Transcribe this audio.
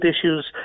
issues